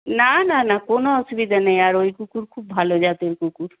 না না না কোনো অসুবিধা নেই আর ওই কুকুর খুব ভালো জাতের কুকুর